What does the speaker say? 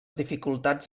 dificultats